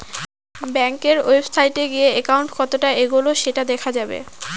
ব্যাঙ্কের ওয়েবসাইটে গিয়ে একাউন্ট কতটা এগোলো সেটা দেখা যাবে